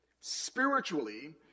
Spiritually